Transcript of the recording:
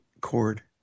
cord